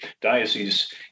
diocese